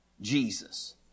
Jesus